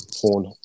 porn